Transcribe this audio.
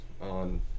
on